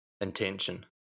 Intention